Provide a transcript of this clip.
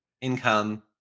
income